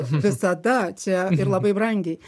visada čia ir labai brangiai